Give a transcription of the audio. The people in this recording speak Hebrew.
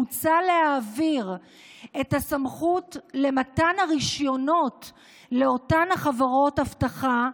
מוצע להעביר את הסמכות למתן הרישיונות לאותן חברות אבטחה,